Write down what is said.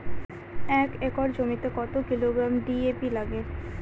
এক একর জমিতে কত কিলোগ্রাম ডি.এ.পি লাগে?